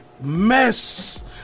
mess